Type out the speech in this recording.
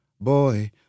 Boy